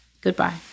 goodbye